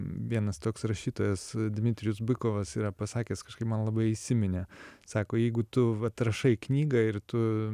vienas toks rašytojas dmitrijus bykovas yra pasakęs kažkaip man labai įsiminė sako jeigu tu vat rašai knygą ir tu